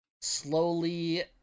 slowly